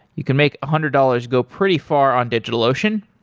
you can make a hundred dollars go pretty far on digitalocean.